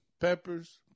peppers